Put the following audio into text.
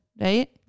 right